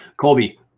Colby